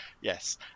yes